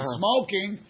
smoking